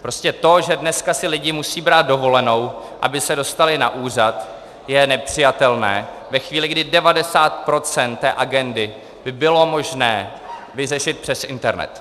Prostě to, že dneska si lidé musí brát dovolenou, aby se dostali na úřad, je nepřijatelné ve chvíli, kdy 90 % té agendy by bylo možné vyřešit přes internet.